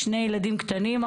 שני ילדים קטנים,